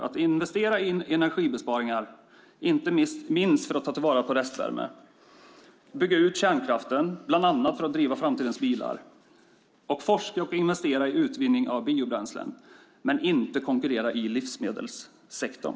Det är energibesparingar, inte minst för att ta tillvara på restvärme. Det är att bygga ut kärnkraften för att driva framtidens bilar. Det är att forska och investera i utvinning av biobränsle, men inte konkurrera i livsmedelssektorn.